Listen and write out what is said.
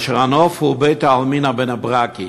שבהם הנוף הוא בית-העלמין הבני-ברקי,